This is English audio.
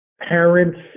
parents